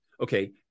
Okay